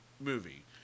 movie